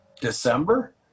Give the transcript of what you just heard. December